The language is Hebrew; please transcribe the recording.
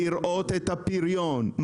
לראות את הפריון.